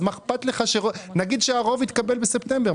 ונגיד שהרוב התקבל בספטמבר.